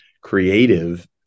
creative